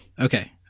Okay